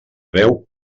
veu